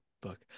book